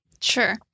Sure